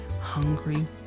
hungry